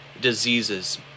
diseases